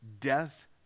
death